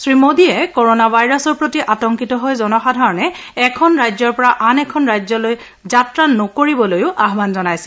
শ্ৰী মোদীয়ে ক'ৰ'না ভাইৰাছৰ প্ৰতি আতংকিত হৈ জনসাধাৰণে এখন ৰাজ্যৰ পৰা আন এখন ৰাজ্যলৈ যাত্ৰা নকৰিবলৈও আহান জনাইছিল